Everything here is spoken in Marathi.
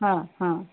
हां हां